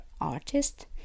artist